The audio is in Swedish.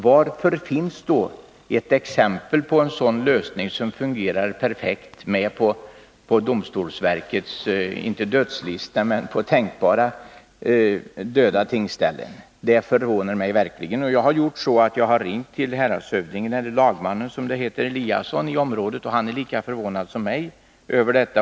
Varför finns då ett exempel på en lösning som fungerar perfekt med på domstolsverkets, jag vill inte direkt säga dödslista men lista över tänkbara döda tingsställen? Att så är fallet förvånar mig verkligen. Jag har gjort så att jag har ringt till häradshövdingen i området, eller lagmannen som det numera heter, Eliasson. Han är lika förvånad som jag över detta.